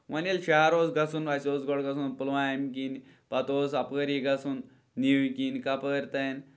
وۄنۍ ییٚلہِ شہر اوس گژھُن اَسہِ اوس گۄدٕ گژھُن پُلوامہ کِنۍ پَتہٕ اوس اَپٲری گژھُن نیوِ کِنۍ کَپٲرۍ تانۍ